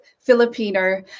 Filipino